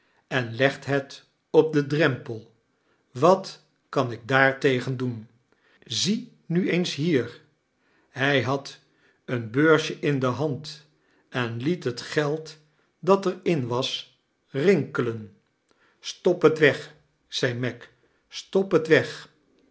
en legt het op den drempel wat kan ik daartegen doen zie'nu eens hier hij had een beursje in de hand en liet het geld dat er in was rinkelen stop het weg zei meg stop het weg